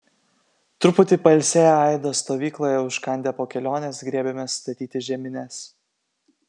truputį pailsėję aido stovykloje užkandę po kelionės griebėmės statyti žemines